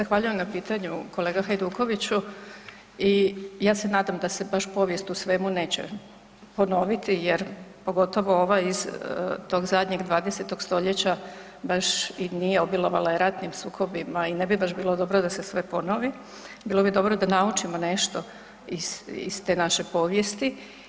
Zahvaljujem na pitanju kolega Hajdukoviću i ja se nadam da se baš povijest u svemu neće ponoviti jer pogotovo ova iz tog zadnjeg 20.-tog stoljeća baš i nije, obilovala je ratnim sukobima i ne bi baš bilo dobro da se sve ponovi, bilo bi dobro da naučimo nešto iz, iz te naše povijesti.